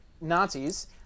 Nazis